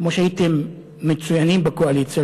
כמו שהייתם מצוינים בקואליציה,